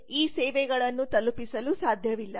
ಈ ಸೇವೆಗಳನ್ನು ತಲುಪಿಸಲು ಸಾಧ್ಯವಿಲ್ಲ